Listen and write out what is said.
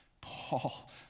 Paul